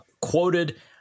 quoted